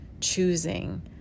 Choosing